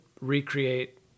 recreate